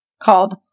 called